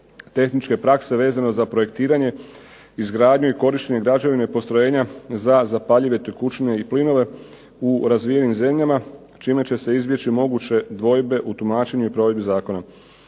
tehničke prakse vezano za projektiranje, izgradnju i korištenje građevine i postrojenja za zapaljive tekućine i plinove u razvijenim zemljama, čime će se izbjeći moguće dvojbe u tumačenju i provedbi zakona.